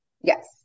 Yes